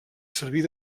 servir